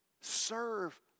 Serve